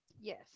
Yes